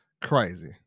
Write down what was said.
crazy